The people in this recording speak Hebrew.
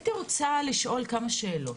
הייתי רוצה לשאול שאלות.